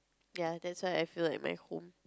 ya that's why I feel like my home